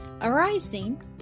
arising